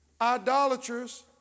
Idolaters